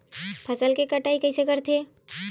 फसल के कटाई कइसे करथे?